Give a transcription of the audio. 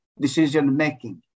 decision-making